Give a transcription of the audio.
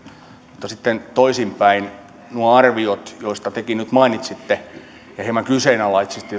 mutta sitten toisinpäin nuo arviot jotka liittyvät tähän terveyspolitiikkaan ja jotka tekin nyt mainitsitte ja hieman kyseenalaistitte